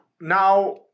now